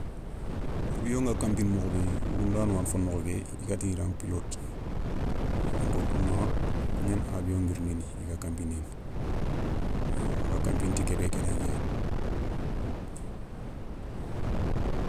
Abio nga kanpini mokho bé wourou ndano gnani fo nokho ké i ga tinida pilote, donk kouηa kougnana abio ngirindini i ga kanpindini. yo a ga kanpini ti kébé kentanké.